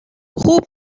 خوب